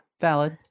valid